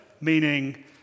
meaning